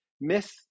miss